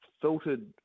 filtered